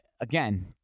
again